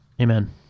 Amen